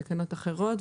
בתקנות אחרות,